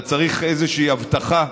אתה צריך איזושהי אבטחה